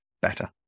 better